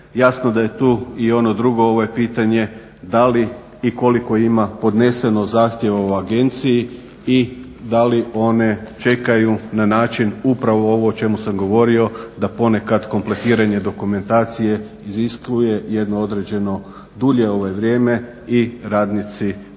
Jasno da je tu i ono drugo, ovo je pitanje da li i koliko ima podneseno zahtjeva u agenciji i da li one čekaju na način, upravo ovo o čemu sam govorio da ponekad kompletiranje dokumentacije iziskuje jedno određeno dulje vrijeme i radnici tada